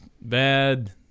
bad